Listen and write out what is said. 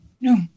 no